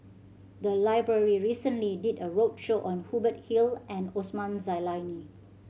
the library recently did a roadshow on Hubert Hill and Osman Zailani